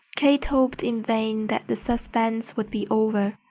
kate hoped in vain that the suspense would be over.